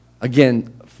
Again